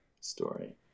story